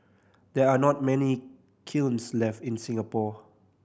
there are not many kilns left in Singapore